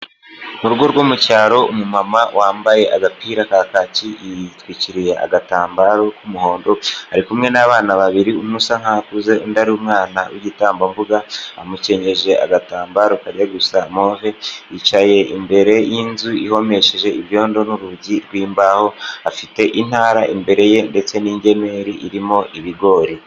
Mu rugo rwo mu cyaro umu mama wambaye agapira kakaki yitwikiriye agatambaro k'umuhondo. Ari kumwe n'abana babiri umwe usa nk'aho akuze, undi ni umwana w'igitambambuga amukenyeje agatambaro kajya gusa move yicaye imbere y'inzu ihomesheje ibyondo n'urugi rw'imbaho afite intara imbere ye ndetse n'ingemeri irimo ibigori.